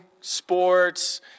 sports